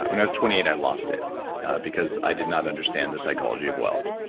when i was twenty eight i lost it because i did not understand the psychology of wealth.